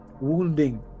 wounding